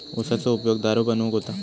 उसाचो उपयोग दारू बनवूक होता